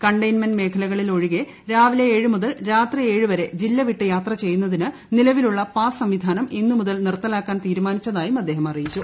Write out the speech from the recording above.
containment മേഖലക ളിൽ ഒഴികെ രാവിലെ ഏഴു മുതൽ രാത്രി ഏഴു വരെ ജില്ലവിട്ട് യാത്ര ചെയ്യുന്നതിന് നിലവിലുള്ള പാസ് സംവിധാനം ഇന്ന് മുതൽ നിർത്ത ലാക്കാൻ തീരുമാനിച്ചതായും അദ്ദേഹം അറിയിച്ചു